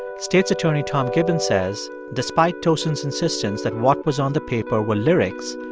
state's attorney tom gibbons says despite tosin's insistence that what was on the paper were lyrics,